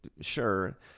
sure